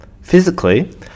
physically